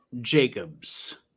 Jacobs